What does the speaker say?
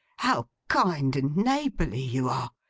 how kind and neighbourly you are!